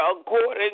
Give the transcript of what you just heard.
according